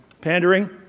pandering